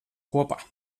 kopā